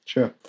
Sure